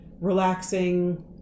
relaxing